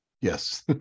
yes